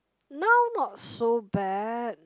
now not so bad